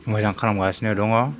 मोजां खालामगासिनो दङ